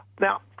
Now